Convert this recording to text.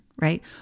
right